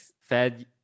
fed